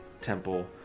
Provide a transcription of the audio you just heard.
temple